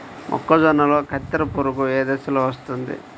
మొక్కజొన్నలో కత్తెర పురుగు ఏ దశలో వస్తుంది?